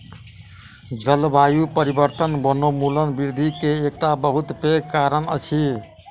जलवायु परिवर्तन वनोन्मूलन वृद्धि के एकटा बहुत पैघ कारण अछि